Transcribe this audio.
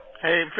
Hey